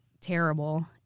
terrible